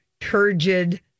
turgid